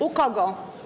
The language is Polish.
U kogo?